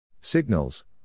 Signals